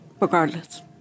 Regardless